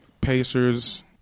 Pacers